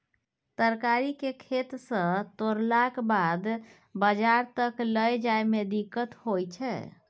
तरकारी केँ खेत सँ तोड़लाक बाद बजार तक लए जाए में दिक्कत होइ छै